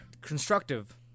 constructive